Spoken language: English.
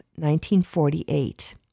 1948